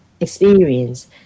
experience